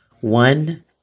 One